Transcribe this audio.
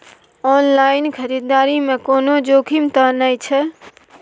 Online खरीददारी में कोनो जोखिम त नय छै?